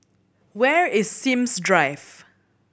where is Sims Drive